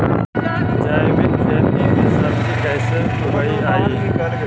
जैविक खेती में सब्जी कैसे उगइअई?